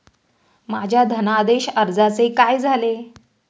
माझ्या धनादेश अर्जाचे काय झाले?